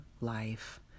life